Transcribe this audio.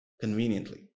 conveniently